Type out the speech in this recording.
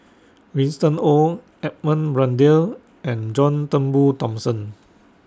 Winston Oh Edmund Blundell and John Turnbull Thomson